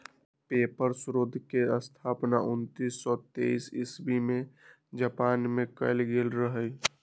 paper स्रोतके स्थापना उनइस सौ तेरासी इस्बी में जापान मे कएल गेल रहइ